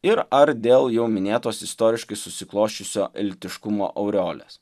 ir ar dėl jau minėtos istoriškai susiklosčiusio elitiškumo aureolės